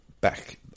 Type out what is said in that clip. back